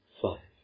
five